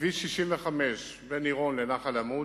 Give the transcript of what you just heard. כביש 65 בין עירון לנחל-עמוד,